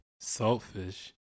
Saltfish